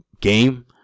game